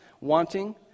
wanting